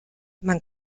man